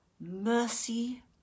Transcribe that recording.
mercy